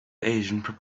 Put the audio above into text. asian